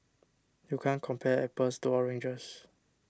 you can't compare apples to oranges